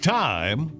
time